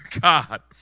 God